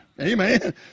Amen